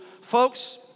folks